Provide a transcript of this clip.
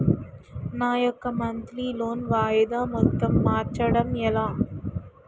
నా యెక్క monthly loan వాయిదా మొత్తం మార్చడం ఎలా?